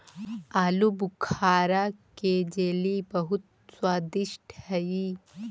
आलूबुखारा के जेली बहुत स्वादिष्ट हई